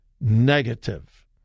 negative